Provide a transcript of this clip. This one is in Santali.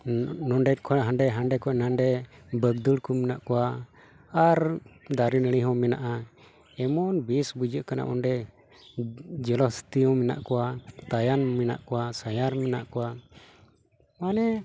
ᱱᱚᱰᱮ ᱠᱷᱚᱱ ᱦᱟᱸᱰᱮ ᱦᱟᱸᱰᱮ ᱠᱷᱚᱱ ᱱᱟᱰᱮ ᱵᱟᱹᱫᱩᱲ ᱠᱚ ᱢᱮᱱᱟᱜ ᱠᱚᱣᱟ ᱟᱨ ᱫᱟᱨᱮ ᱱᱟᱹᱲᱤ ᱦᱚᱸ ᱢᱮᱱᱟᱜᱼᱟ ᱮᱢᱚᱱ ᱵᱮᱥ ᱵᱩᱡᱷᱟᱹᱜ ᱠᱟᱱᱟ ᱚᱸᱰᱮ ᱡᱚᱞᱚᱦᱚᱥᱛᱤ ᱦᱚᱸ ᱢᱮᱱᱟᱜ ᱠᱚᱣᱟ ᱛᱟᱭᱟᱱ ᱢᱮᱱᱟᱜ ᱠᱚᱣᱟ ᱥᱟᱭᱟᱱ ᱢᱮᱱᱟᱜ ᱠᱚᱣᱟ ᱢᱟᱱᱮ